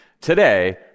today